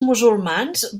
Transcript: musulmans